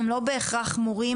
הם לא בהכרח מורים,